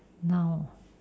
noun ah